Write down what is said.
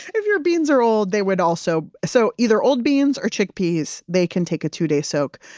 if your beans are old, they would also. so either old beans or chickpeas they can take a two-day soak.